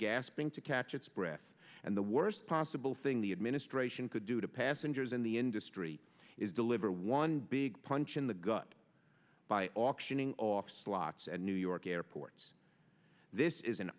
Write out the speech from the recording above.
gasping to catch its breath and the worst possible thing the administration could do to passengers in the industry is deliver one big punch in the gut by auctioning off slots at new york airports this is an